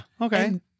Okay